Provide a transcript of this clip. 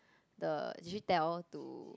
the did she tell to